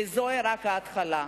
וזוהי רק ההתחלה.